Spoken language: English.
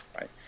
right